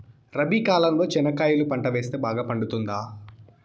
రబి కాలంలో చెనక్కాయలు పంట వేస్తే బాగా పండుతుందా?